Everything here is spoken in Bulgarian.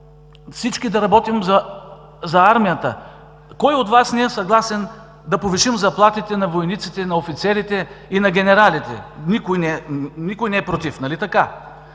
всички да работим за армията! Кой от Вас не е съгласен да повишим заплатите на войниците, на офицерите и на генералите? Никой не е против, нали така?